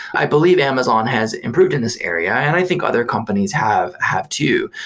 i believe amazon has improved in this area, and i think other companies have have too.